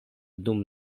dum